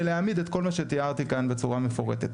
להעמיד את כל מה שתיארתי כאן בצורה מפורטת.